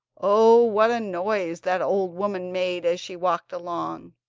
oh, what a noise that old woman made as she walked along!